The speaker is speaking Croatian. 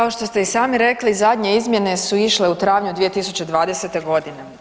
Kao što ste i sami rekli zadnje izmjene su išle u travnju 2020. godine.